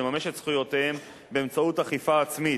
לממש את זכויותיהם באמצעות "אכיפה עצמית",